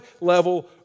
level